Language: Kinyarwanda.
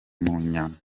munyana